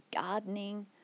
gardening